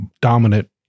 dominant